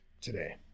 today